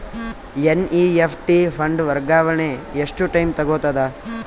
NEFT fund ವರ್ಗಾವಣೆ ಎಷ್ಟ time ತೋಗೊತದ?